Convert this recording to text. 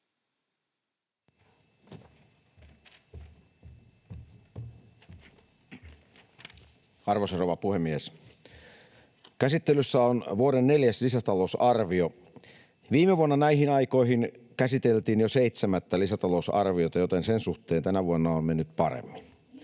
Arvoisa rouva puhemies! Käsittelyssä on vuoden neljäs lisätalousarvio. Viime vuonna näihin aikoihin käsiteltiin jo seitsemättä lisätalousarviota, joten sen suhteen tänä vuonna on mennyt paremmin.